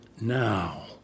now